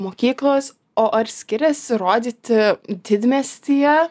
mokyklos o ar skiriasi rodyti didmiestyje